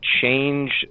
change